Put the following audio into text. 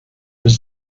was